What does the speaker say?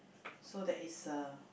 so that is a